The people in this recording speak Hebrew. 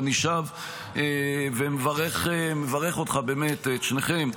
אני שב ומברך אותך, באמת, את שניכם.